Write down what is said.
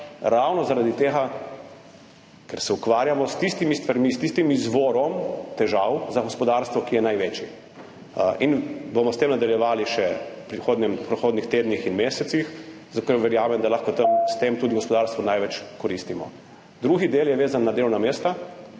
ravno zaradi tega, ker se ukvarjamo s tistimi stvarmi, s tistim izvorom težav za gospodarstvo, ki je največji. In bomo s tem nadaljevali še v prihodnjih tednih in mesecih, zato ker verjamem, da lahko tam s tem tudi gospodarstvu največ koristimo. Drugi del je vezan na delovna mesta,